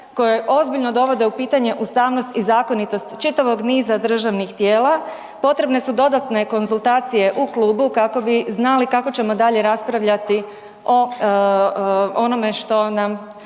koje ozbiljno dovode u pitanje ustavnost i zakonitost čitavog niza državnih tijela potrebne su dodatne konzultacije u klubu kako bi znali kako ćemo dalje raspravljati o onome što nam